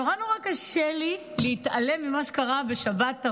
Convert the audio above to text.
נורא נורא קשה לי להתעלם ממה שקרה בשבתרבות